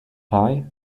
pie